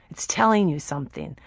it's telling you something.